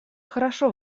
хорошо